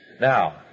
Now